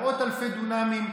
מאות אלפי דונמים,